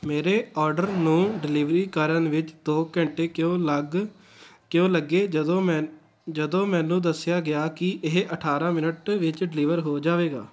ਮੇਰੇ ਆਰਡਰ ਨੂੰ ਡਿਲੀਵਰੀ ਕਰਨ ਵਿੱਚ ਦੋ ਘੰਟੇ ਕਿਉਂ ਲੱਗ ਕਿਉਂ ਲੱਗੇ ਜਦੋਂ ਮੈਨ ਜਦੋਂ ਮੈਨੂੰ ਦੱਸਿਆ ਗਿਆ ਕਿ ਇਹ ਅਠਾਰਾਂ ਮਿੰਨਟ ਵਿੱਚ ਡਿਲੀਵਰ ਹੋ ਜਾਵੇਗਾ